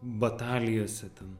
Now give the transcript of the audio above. batalijose ten